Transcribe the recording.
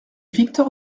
victor